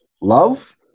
love